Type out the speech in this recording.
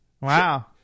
Wow